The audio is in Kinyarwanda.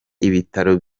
ibitaro